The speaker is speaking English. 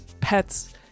pets